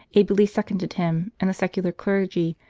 ably seconded him, and the secular clergy,